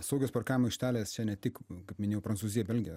saugios parkavimo aikštelės čia ne tik kaip minėjau prancūzija belgija